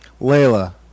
Layla